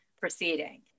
proceeding